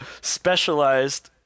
specialized